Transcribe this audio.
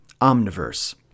Omniverse